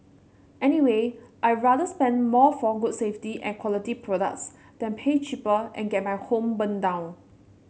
anyway I'd rather spend more for good safety and quality products than pay cheaper and get my home burnt down